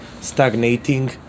stagnating